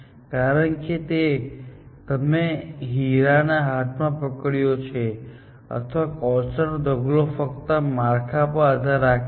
કારણ કે કાં તો તમે હીરાને હાથમાં પકડ્યો છે અથવા કોલસાનો ઢગલો ફક્ત માળખા પર આધાર રાખે છે